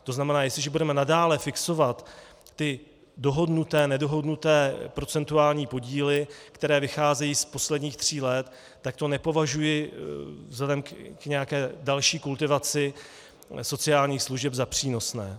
To znamená, jestliže budeme nadále fixovat ty dohodnuténedohodnuté procentuální podíly, které vycházejí z posledních tří let, tak to nepovažuji vzhledem k nějaké další kultivaci sociálních služeb za přínosné.